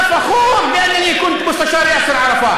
(אומר בערבית: אני גאה שהייתי יועצו של יאסר ערפאת.)